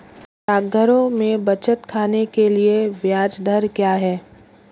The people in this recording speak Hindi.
डाकघरों में बचत खाते के लिए ब्याज दर क्या है?